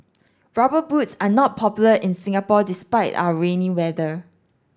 rubber boots are not popular in Singapore despite our rainy weather